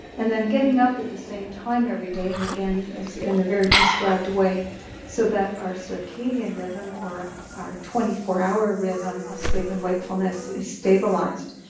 and then getting up at the same time every day, and again, it's in a very prescribed way so that our circadian rhythm or our twenty four hour rhythm of sleep and wakefulness is stabilised.